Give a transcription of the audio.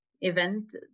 event